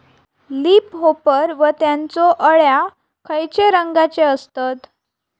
Leaf होपर व त्यानचो अळ्या खैचे रंगाचे असतत?